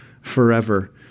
forever